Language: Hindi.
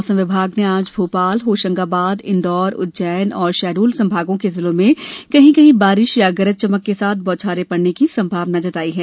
मौसम विभाग ने आज भोपाल होशंगाबाद इंदौर उज्जैन और शहडोल संभागों के जिलों में कहीं कहीं बारिश या गरज चमक के साथ बौछारें पड़ने की संभावना जताई है